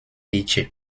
bitche